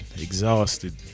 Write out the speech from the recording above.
Exhausted